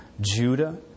Judah